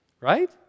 Right